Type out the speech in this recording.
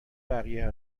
بقیه